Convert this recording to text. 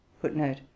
footnote